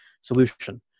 solution